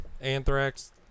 Anthrax